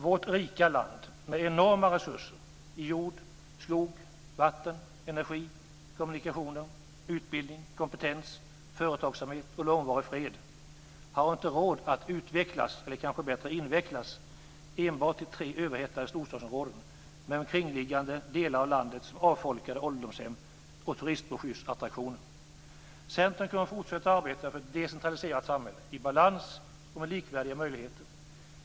Vårt rika land med enorma resurser i jord, vatten och skog, energi, kommunikationer, utbildning, kompetens, företagsamhet och långvarig fred har inte råd att "utvecklas", eller kanske rättare invecklas, enbart till tre större överhettade storstadsområden med omkringliggande delar av landet som avfolkade ålderdomshem och turistbroschyrattraktioner. Centern kommer att fortsätta att arbeta för ett decentraliserat samhälle, i balans och med likvärdiga möjligheter.